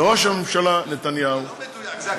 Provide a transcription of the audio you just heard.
וראש הממשלה נתניהו, זה לא מדויק, זו הכנסת.